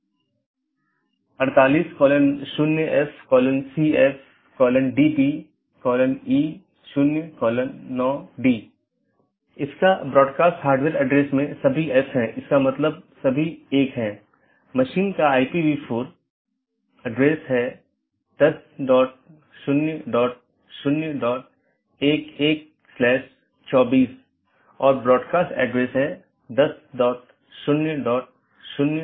दो जोड़े के बीच टीसीपी सत्र की स्थापना करते समय BGP सत्र की स्थापना से पहले डिवाइस पुष्टि करता है कि BGP डिवाइस रूटिंग की जानकारी प्रत्येक सहकर्मी में उपलब्ध है या नहीं